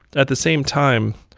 at the same time,